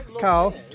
Carl